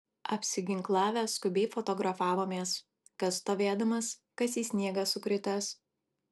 apsiginklavę skubiai fotografavomės kas stovėdamas kas į sniegą sukritęs